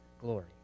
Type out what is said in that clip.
glory